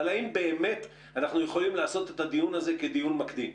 האם באמת אנחנו יכולים לעשות את הדיון הזה כדיון מקדים?